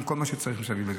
עם כל מה שצריך מסביב לזה.